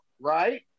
right